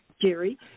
Jerry